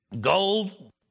Gold